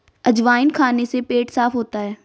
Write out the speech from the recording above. अजवाइन खाने से पेट साफ़ होता है